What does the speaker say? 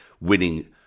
winning